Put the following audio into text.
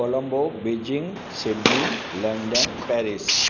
Colombo Beijing Sydney London Paris